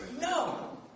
no